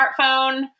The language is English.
smartphone